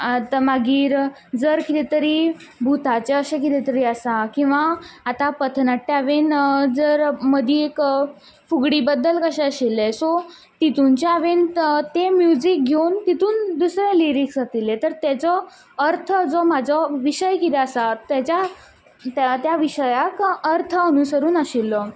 आतां मागीर जर कितें तरी भुताचें अशें कितें तरी आसा किंवां आतां पथनाट्यां बीन जर मदीं एक फुगडी बद्दल कशें आशिल्लें सो तितूनचें हांवें तें म्युजीक घेवन तितून दुसरें लिरिक्स घातिल्लें तर तेजो अर्थ जो म्हाजो विशय कितें आसा तेज्या त्या त्या विशयाक अर्थ अनुसरून आशिल्लो